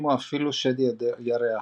שהרשימו אפילו שד ירח.